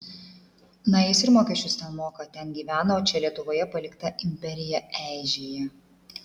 na jis ir mokesčius ten moka ten gyvena o čia lietuvoje palikta imperija eižėja